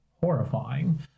horrifying